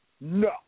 No